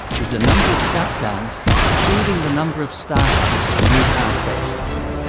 with the number of shut-downs exceeding the number of start-ups of new power stations.